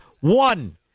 One